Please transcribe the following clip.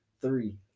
Three